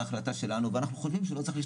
את ההינע והחלטתה של ועדת הבריאות,